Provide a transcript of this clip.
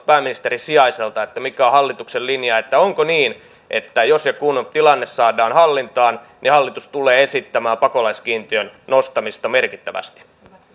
pääministerin sijaiselta mikä on hallituksen linja onko niin että jos ja kun tilanne saadaan hallintaan niin hallitus tulee esittämään pakolaiskiintiön nostamista merkittävästi